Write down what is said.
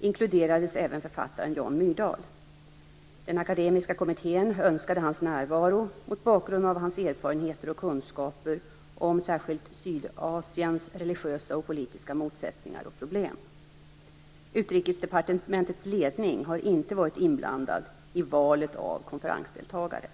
inkluderades även författaren Jan Myrdal. Den akademiska kommittén önskade hans närvaro mot bakgrund av hans erfarenheter och kunskaper om särskilt Sydasiens religiösa och politiska motsättningar och problem. Utrikesdepartementets ledning har inte varit inblandad i valet av konferensdeltagare.